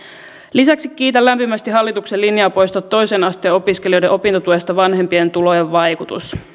lisäksi kiitän lämpimästi hallituksen linjaa poistaa toisen asteen opiskelijoiden opintotuesta vanhempien tulojen vaikutus